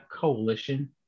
coalition